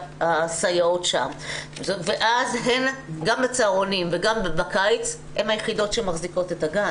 והסייעות שם ואז גם בצהרונים וגם בקיץ הן היחידות שמחזיקות את הגן.